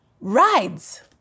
rides